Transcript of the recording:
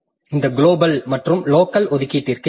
இந்த குளோபல் மற்றும் லோக்கல் ஒதுக்கீட்டிற்கு எதிராக